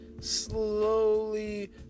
slowly